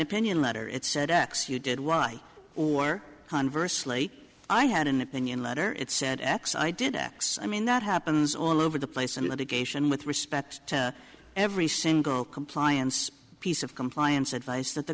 opinion letter it said x you did y or conversely i had an opinion letter it said x i did x i mean that happens all over the place and that occasion with respect to every single compliance piece of compliance advice that the